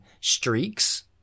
streaks